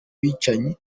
bicanyi